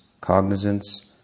cognizance